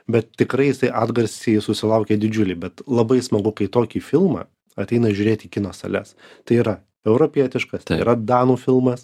bet tikrai jisai atgarsį susilaukė didžiulį bet labai smagu kai tokį filmą ateina žiūrėt į kino sales tai yra europietiškas yra danų filmas